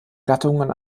gattungen